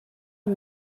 new